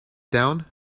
down